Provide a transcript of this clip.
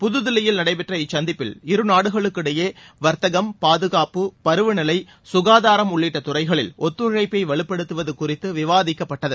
புதுதில்லியில் நடைபெற்ற இச்சந்திப்பில் இரு நாடுகளுக்கிடையே வர்த்தகம் பாதுகாப்பு பருவநிலை சுகாதாரம் உள்ளிட்ட துறைகளில் ஒத்துழைப்பை வலுப்படுத்துவது குறித்து விவாதிக்கப்பட்டது